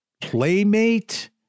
playmate